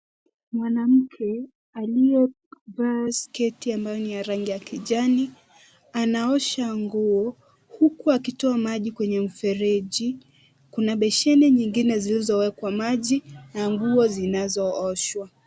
Mwanamke aliyevaa sketi ambayo ni ya rangi ya kijani. Anaosha nguo huku akitoa maji kwenye mfereji. Kuna besheni zingine zilizowekwa maji na nguo zinazooshwa.